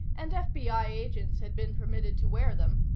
and fbi agents had been permitted to wear them,